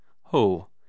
Ho